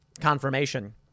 confirmation